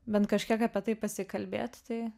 bent kažkiek apie tai pasikalbėt tai